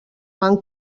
van